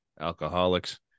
alcoholics